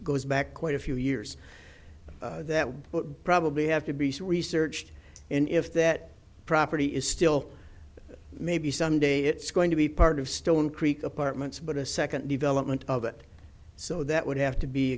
goes back quite a few years that would probably have to be some research and if that property is still maybe someday it's going to be part of stone creek apartments but a second development of it so that would have to be